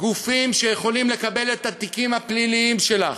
גופים שיכולים לקבל את התיקים הפליליים שלך,